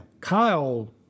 kyle